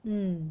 mm